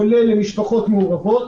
כולל משפחות מעורבות,